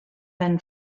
when